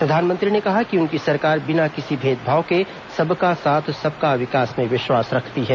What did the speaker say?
प्रधानमंत्री ने कहा कि उनकी सरकार बिना किसी भेदभाव के सबका साथ सबका विकास में विश्वास रखती है